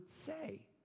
say